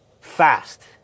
fast